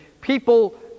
people